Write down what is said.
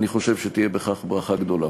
אני חושב שתהיה בכך ברכה גדולה.